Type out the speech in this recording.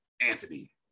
Anthony